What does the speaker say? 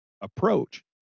approach